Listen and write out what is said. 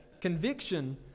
Conviction